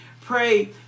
Pray